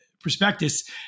prospectus